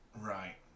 Right